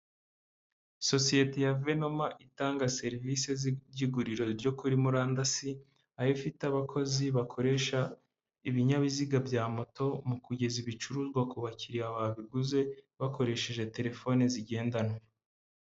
Sosiyete ya Vanoma itanga serivisi z'iguriro ryo kuri murandasi aho ifite abakozi bakoresha ibinyabiziga bya moto mu kugeza ibicuruzwa ku bakiriya babiguze, bakoresheje telefoni zigendanwa.